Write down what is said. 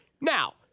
Now